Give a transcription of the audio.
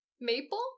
Maple